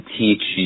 teach